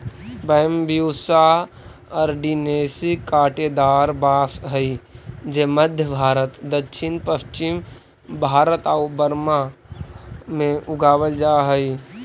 Bambusa arundinacea काँटेदार बाँस हइ जे मध्म भारत, दक्षिण पश्चिम भारत आउ बर्मा में उगावल जा हइ